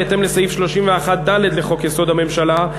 בהתאם לסעיף 31(ד) לחוק-יסוד: הממשלה,